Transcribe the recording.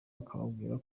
akababwira